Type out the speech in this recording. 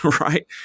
Right